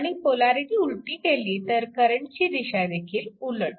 आणि पोलॅरिटी उलटी केली तर करंटची दिशा देखील उलट